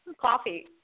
Coffee